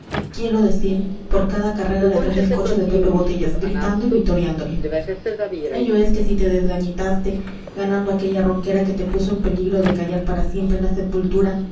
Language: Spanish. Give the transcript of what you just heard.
quiero decir por cada carrera detrás del coche de pepe botellas gritando y vitoreándole ello es que si te desgañitaste ganando aquella ronquera que te puso en peligro de callar para siempre en la sepultura